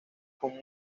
con